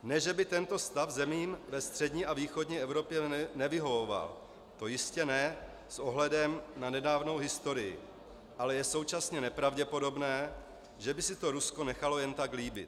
Ne že by tento stav zemím ve střední a východní Evropě nevyhovoval, to jistě ne s ohledem na nedávnou historii, ale je současně nepravděpodobné, že by si to Rusko nechalo jen tak líbit.